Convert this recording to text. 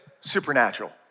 supernatural